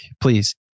Please